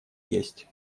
есть